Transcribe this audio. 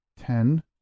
ten